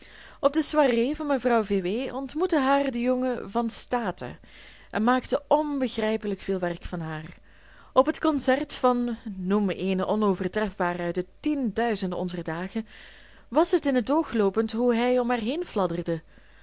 op de soirée van mevrouw v w ontmoette haar de jonge van staten en maakte onbegrijpelijk veel werk van haar op het concert van noem eenen onovertrefbaren uit de tienduizenden onzer dagen was het in het oog loopend hoe hij om haar heen fladderde